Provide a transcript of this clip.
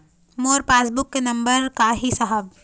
मोर passbook के number का ही साहब?